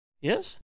Yes